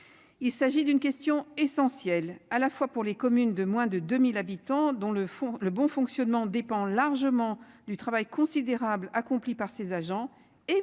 Il s'agit d'une question essentielle à la fois pour les communes de moins de 2000 habitants dont le fond le bon fonctionnement dépend largement du travail considérable accompli par ses agents. Et